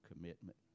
commitment